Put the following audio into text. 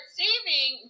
saving